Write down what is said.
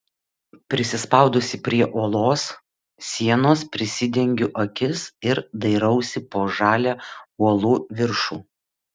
prisispaudusi prie uolos sienos prisidengiu akis ir dairausi po žalią uolų viršų